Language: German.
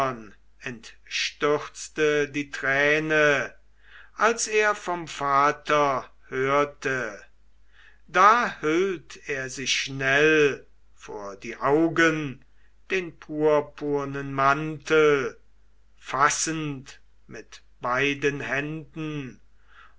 die träne als er vom vater hörte da hüllt er sich schnell vor die augen den purpurnen mantel fassend mit beiden händen